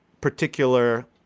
particular